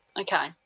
okay